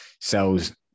sells